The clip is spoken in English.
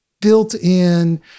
built-in